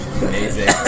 Amazing